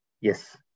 Yes